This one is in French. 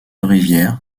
rivière